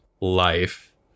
life